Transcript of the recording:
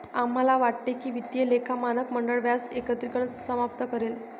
आम्हाला वाटते की वित्तीय लेखा मानक मंडळ व्याज एकत्रीकरण समाप्त करेल